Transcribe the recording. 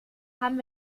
haben